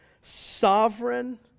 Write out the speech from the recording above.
sovereign